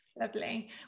Lovely